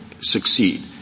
succeed